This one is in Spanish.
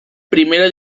primera